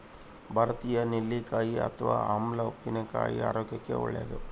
ಭಾರತೀಯ ನೆಲ್ಲಿಕಾಯಿ ಅಥವಾ ಆಮ್ಲ ಉಪ್ಪಿನಕಾಯಿ ಆರೋಗ್ಯಕ್ಕೆ ಒಳ್ಳೇದು